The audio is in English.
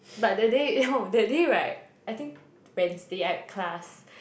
but that day oh that day right I think Wednesday I had class